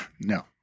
No